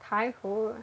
Thai food